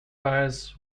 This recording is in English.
ties